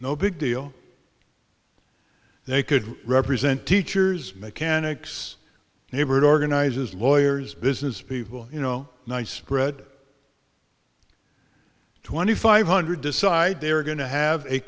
no big deal they could represent teachers mechanics neighborhood organizers lawyers business people you know one spread twenty five hundred decide they're going to have a